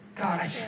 God